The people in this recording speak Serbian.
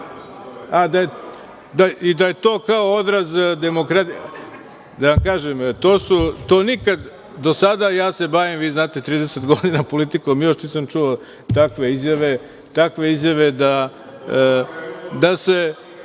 i da je to odraz demokratije. Da vam kažem, to nikad do sada, ja se bavim, vi znate, 30 godina politikom, još nisam čuo takve izjave da se na takav